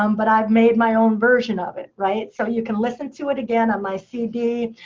um but i've made my own version of it, right? so you can listen to it again on my cd.